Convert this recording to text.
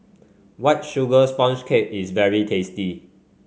White Sugar Sponge Cake is very tasty